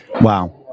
Wow